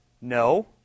no